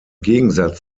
gegensatz